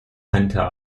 center